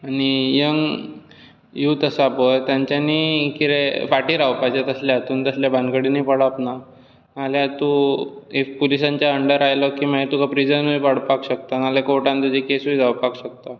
आनी young youth आसा पळय तांच्यानीय कितें फाटीं रावपाचें तसले हातूंत तसल्या भानगडींनी पडप ना फाल्यां तूं एक पुलिसांच्या अंडर आयलो की मागीर तुका प्रिसनूय पडपाक शकता नाजाल्यार कोर्टांत तुजी केसूय जावपाक शकता